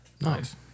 Nice